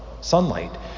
sunlight